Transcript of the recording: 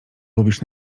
lubisz